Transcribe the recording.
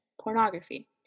pornography